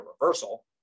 reversal